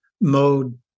mode